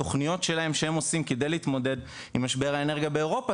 התוכניות שלהם שהם עושים כדי להתמודד עם משבר האנרגיה באירופה,